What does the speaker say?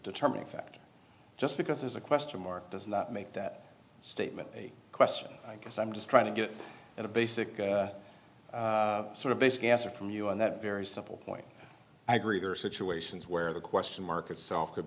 determining factor just because it's a question mark does not make that statement a question i guess i'm just trying to get at a basic sort of basic answer from you on that very simple point i agree there are situations where the question mark itself could